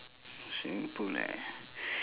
swimming pool eh